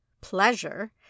pleasure